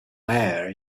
mayor